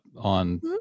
on